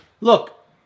Look